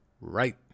Right